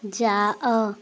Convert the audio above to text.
ଯାଅ